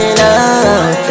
love